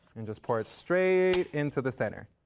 and just pour it straight into the center.